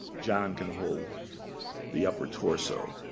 john can hold the upper torso.